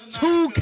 two